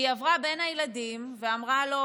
היא עברה בין הילדים ואמרה לו: